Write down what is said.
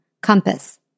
compass